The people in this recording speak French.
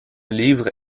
livre